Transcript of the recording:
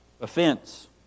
offense